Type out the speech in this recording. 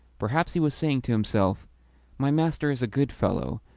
perhaps he was saying to himself my master is a good fellow,